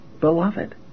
beloved